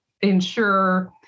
ensure